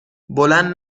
بلند